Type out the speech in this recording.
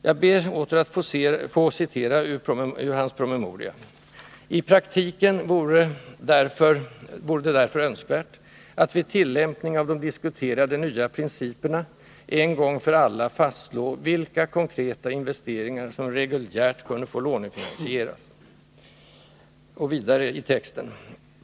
Jag ber åter att få citera ur hans promemoria: ”I praktiken vore det därför önskvärt att vid tillämpning av de diskuterade nya principerna en gång för alla fastslå vilka konkreta investeringar som reguljärt kunna få lånefinansieras.